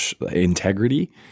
integrity